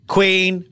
Queen